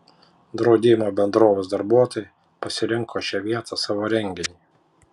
draudimo bendrovės darbuotojai pasirinko šią vietą savo renginiui